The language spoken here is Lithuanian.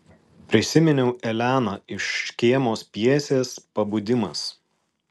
prisiminiau eleną iš škėmos pjesės pabudimas